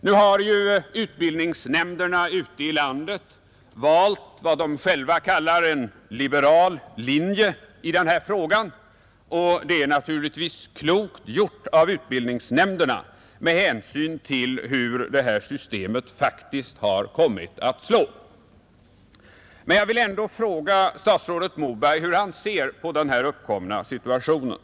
Nu har ju utbildningsnämnderna ute i landet valt vad de själva kallar en liberal linje i den här frågan, och det är naturligtvis klokt gjort av utbildningsnämnderna med hänsyn till hur systemet faktiskt har kommit att fungera. Men jag vill ändå fråga statsrådet Moberg hur han ser på den uppkomna situationen.